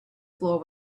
floor